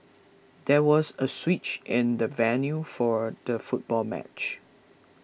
there was a switch in the venue for the football match